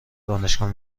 دانشگاه